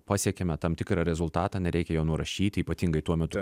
pasiekėme tam tikrą rezultatą nereikia jo nurašyti ypatingai tuo metu